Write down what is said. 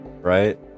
Right